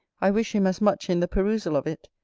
i wish him as much in the perusal of it,